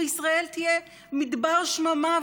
וישראל תהיה מדבר שממה,